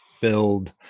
filled